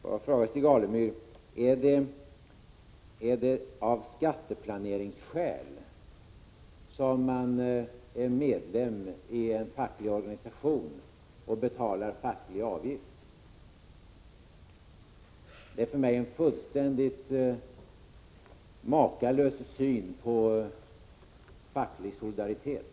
Får jag fråga Stig Alemyr: Är det av skatteplaneringsskäl som man är medlem i en facklig organisation och betalar facklig avgift? För mig skulle det vara en makalös syn på facklig solidaritet.